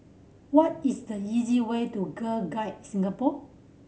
what is the easy way to Girl Guides Singapore